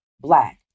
Black